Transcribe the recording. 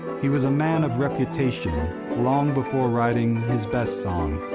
he was a man of reputation long before writing his best song,